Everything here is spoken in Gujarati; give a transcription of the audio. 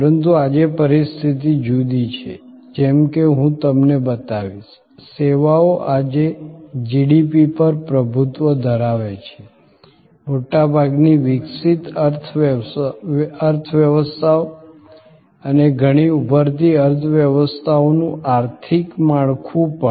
પરંતુ આજે પરિસ્થિતિ જુદી છે જેમ કે હું તમને બતાવીશ સેવાઓ આજે જીડીપી પર પ્રભુત્વ ધરાવે છે મોટા ભાગની વિકસિત અર્થવ્યવસ્થાઓ અને ઘણી ઉભરતી અર્થવ્યવસ્થાઓનું આર્થિક માળખું પણ